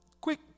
quick